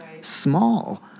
small